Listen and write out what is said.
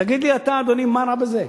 תגיד לי אתה, אדוני, מה רע בזה.